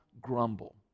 grumble